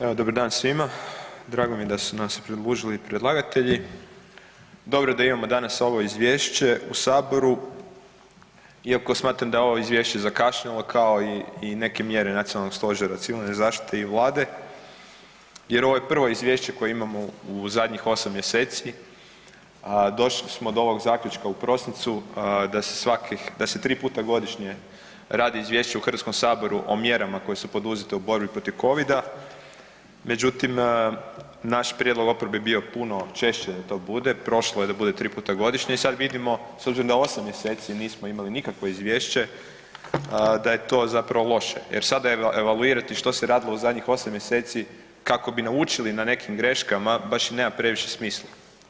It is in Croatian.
Evo, dobar dan svima, drago mi je da su nam se pridružili predlagatelji, dobro je da imamo danas ovo izvješće u saboru iako smatram da je ovo izvješće zakašnjelo kao i neke mjere Nacionalnog stožera civilne zaštite i Vlade jer ovo je prvo izvješće koje imamo u zadnjih 8 mjeseci, a došli smo do ovog zaključka u prosincu da se svakih, da se 3 puta godišnje radi izvješće u Hrvatskom saboru o mjerama koje su poduzete u borbi protiv Covida, međutim naš prijedlog oporbe je bio puno češće da to bude, prošlo je da bude 3 puta godišnje i sada vidimo s obzirom da 8 mjeseci nismo imali nikakvo izvješće da je to zapravo loše, jer sada evaluirati što se radilo u zadnjih 8 mjeseci kako bi naučili na nekim greškama baš i nema previše smisla.